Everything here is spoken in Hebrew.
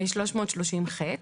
סעיף 330ח,